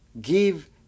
give